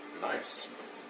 Nice